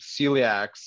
celiacs